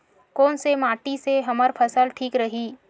कोन से माटी से हमर फसल ह ठीक रही?